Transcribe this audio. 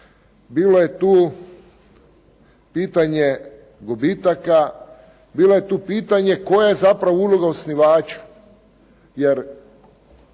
bilo je tu pitanje gubitaka, bilo je tu pitanje koja je zapravo uloga osnivača jer